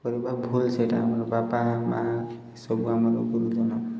କରିବା ଭୁଲ ସେଇଟା ଆମର ବାପା ମାଆ ସବୁ ଆମର ଗୁରୁଜନ